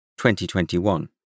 2021